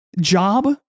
job